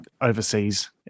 overseas